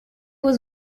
was